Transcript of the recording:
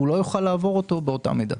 והוא לא יוכל לעבור אותו באותה מידה.